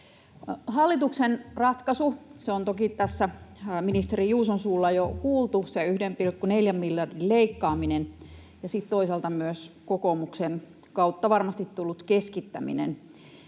Hallituksen ratkaisu, se on toki tässä ministeri Juuson suulla jo kuultu, 1,4 miljardin leikkaaminen, ja sitten toisaalta myös kokoomuksen kautta varmasti tullut keskittäminen.